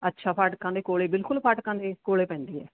ਅੱਛਾ ਫਾਟਕਾਂ ਦੇ ਕੋਲ ਬਿਲਕੁਲ ਫਾਟਕਾਂ ਦੇ ਕੋਲ ਪੈਂਦੀ ਹੈ